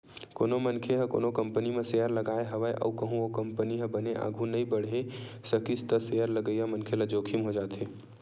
कोनो मनखे ह कोनो कंपनी म सेयर लगाय हवय अउ कहूँ ओ कंपनी ह बने आघु नइ बड़हे सकिस त सेयर लगइया मनखे ल जोखिम हो जाथे